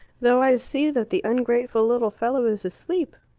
though i see that the ungrateful little fellow is asleep!